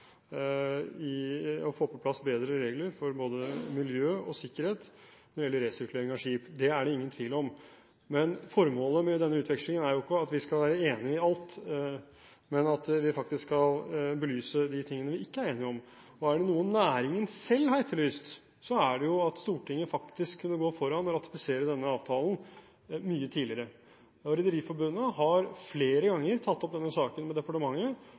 for å få på plass bedre regler for både miljø og sikkerhet når det gjelder resirkulering av skip. Det er det ingen tvil om. Formålet med denne utvekslingen er jo ikke at vi skal være enig i alt, men faktisk at vi skal belyse de tingene vi ikke er enige om. Er det noe næringen selv har etterlyst, er det jo at Stortinget faktisk kunne gått foran og ratifisert denne avtalen mye tidligere. Rederiforbundet har flere ganger tatt opp denne saken med departementet